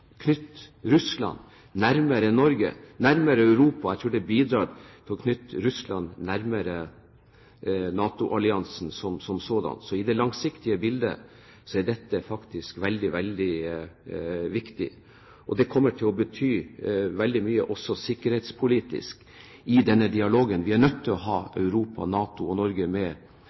Russland nærmere Norge, nærmere Europa. Jeg tror det bidrar til å knytte Russland nærmere NATO-alliansen som sådan. I det langsiktige bildet er dette faktisk veldig, veldig viktig. Det kommer til å bety veldig mye også sikkerhetspolitisk i den dialogen Europa, NATO og Norge er nødt til å ha